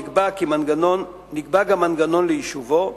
נקבע גם מנגנון ליישובו,